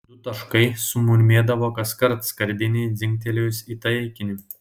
du taškai sumurmėdavo kaskart skardinei dzingtelėjus į taikinį